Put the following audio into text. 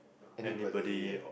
anybody eh